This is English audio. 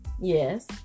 Yes